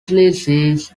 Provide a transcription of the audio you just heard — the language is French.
utilisées